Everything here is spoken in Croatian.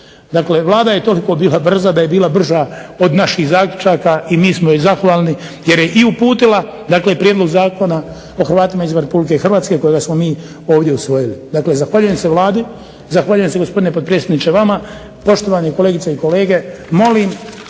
Dakle Vlada je to da je bila brža od naših zaključaka, i mi smo joj zahvalni jer je uputila Prijedlog zakona o Hrvatima izvan Republike Hrvatske kojega smo mi ovdje usvojili. Dakle, zahvaljujem se vladi, zahvaljujem se gospodine potpredsjedniče vama, poštovani kolegice i kolege molim